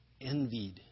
envied